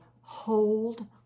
Hold